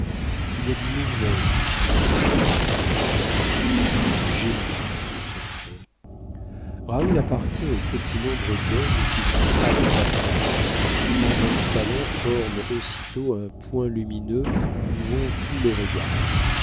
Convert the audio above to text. il y a du mouvement et du feu dans cette tête et du génie sur ce front raoul appartient au petit nombre d'hommes qui vous frappent au passage qui dans un salon forment aussitôt un point lumineux où vont tous les regards